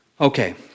Okay